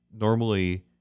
normally